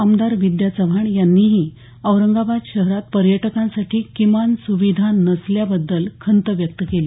आमदार विद्या चव्हाण यांनीही औरंगाबाद शहरात पर्यटकांसाठी किमान सुविधा नसल्याबद्दल खंत व्यक्त केली